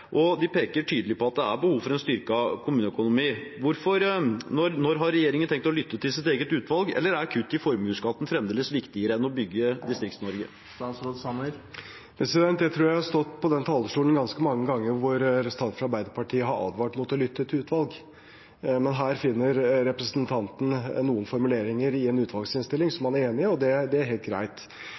De peker tydelig på at det er behov for en styrket kommuneøkonomi. Når har regjeringen tenkt å lytte til sitt eget utvalg? Eller er kutt i formuesskatten fremdeles viktigere enn å bygge Distrikts-Norge? Jeg tror jeg har stått på denne talerstolen ganske mange ganger hvor representanter fra Arbeiderpartiet har advart mot å lytte til utvalg, men her finner representanten noen formuleringer i en utvalgsinnstilling som han er enig i, og det er helt greit.